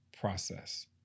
process